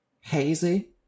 hazy